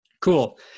Cool